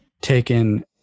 taken